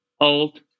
old